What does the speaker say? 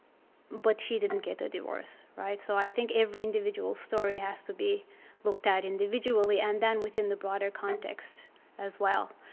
but she didn't get a divorce, right? so i think every individual's story has to be looked at individually and then within the broader context as well.